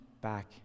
back